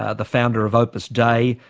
ah the founder of opus dei,